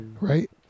right